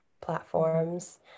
platforms